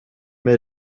med